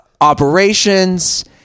operations